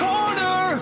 Corner